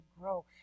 grow